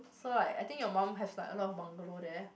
so right I think your mum has like a lot of bungalow there